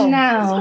now